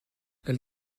elle